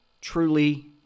truly